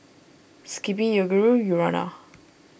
Skippy Yoguru Urana